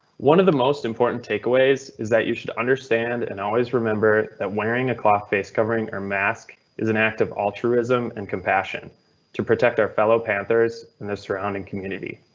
one of the most important takeaways is that you should understand and always remember that wearing a cloth face covering or mask is an act of altruism and compassion to protect our fellow panthers and the surrounding community.